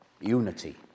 unity